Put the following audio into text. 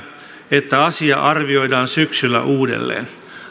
että asia arvioidaan syksyllä uudelleen